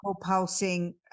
pulsing